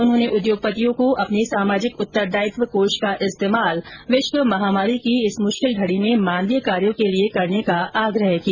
उन्होंने उद्योगपतियों को अपने सामाजिक उत्तरदायित्व कोष का इस्तेमाल विश्व महामारी की इस मुश्किल घड़ी में मानवीय कार्यों के लिए करने का आग्रह किया